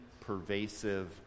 pervasive